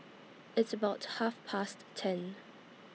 its about Half Past ten